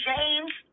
James